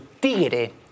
Tigre